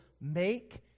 make